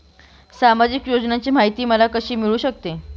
सामाजिक योजनांची माहिती मला कशी मिळू शकते?